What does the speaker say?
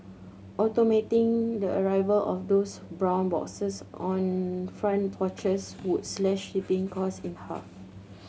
automating the arrival of those brown boxes on front porches would slash shipping cost in half